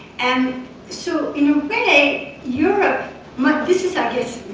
and so in a way, europe like this is, i guess,